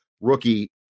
rookie